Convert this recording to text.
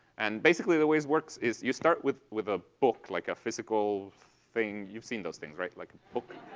and basically the way this works is you start with with a book, like a physical thing. you've seen those things. right? like a book.